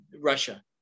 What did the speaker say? Russia